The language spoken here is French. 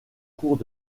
courts